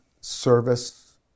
service